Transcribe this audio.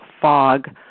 fog